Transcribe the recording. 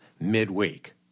midweek